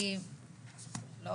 תודה,